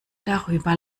darüber